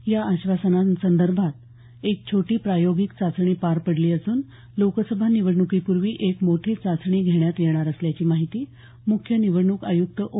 या आश्वासना संदर्भात एक छोटी प्रायोगिक चाचणी पार पडली असून लोकसभा निवडणुकी पूर्वी एक मोठी चाचणी घेण्यात येणार असल्याची माहिती मुख्य निवडणूक आयुक्त ओ